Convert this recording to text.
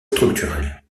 structurels